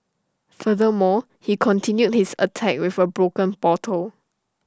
furthermore he continued his attack with A broken bottle